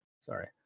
Sorry